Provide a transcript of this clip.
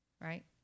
right